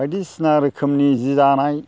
बायदिसिना रोखोमनि सि दानाय